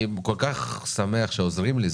אני כל כך שמח שעוזרים לי,